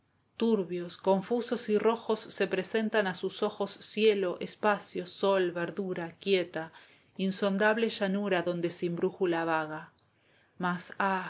turbios confusos y rojos se presentan a sus ojos cielo espacio sol verdura quieta insondable llanura donde sin brújula vaga mas